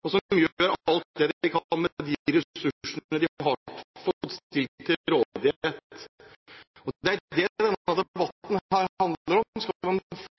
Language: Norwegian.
verst, og som gjør alt det de kan med de ressursene de har fått stilt til rådighet. Det er det denne debatten her handler om. Skal